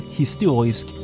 historisk